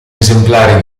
esemplare